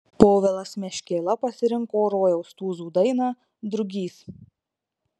povilas meškėla pasirinko rojaus tūzų dainą drugys